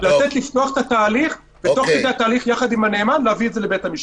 תוכנית ההפעלה מדברת על בקרה תקציבית, מדברת על